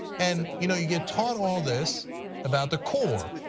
and you know you get taught all this about the core,